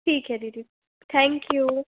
ठीक है दीदी थैंक यू